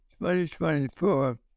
2024